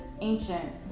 ancient